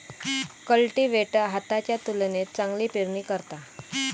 cultivator हाताच्या तुलनेत चांगली पेरणी करता